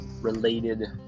related